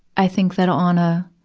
i think that on a,